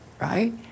right